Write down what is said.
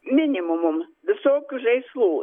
minimumum visokių žaislų